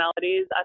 melodies